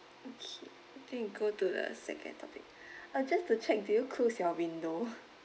okay then we go to the second topic uh just to check did you close your window